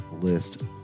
list